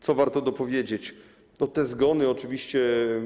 Co warto dopowiedzieć, to te zgony, oczywiście.